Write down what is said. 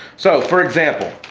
so for example,